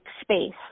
Space